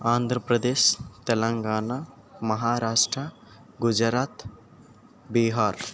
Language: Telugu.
ఆంధ్రప్రదేశ్ తెలంగాణ మహారాష్ట్ర గుజరాత్ బీహార్